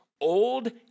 old